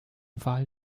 wal